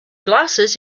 glasses